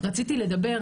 "רציתי לדבר,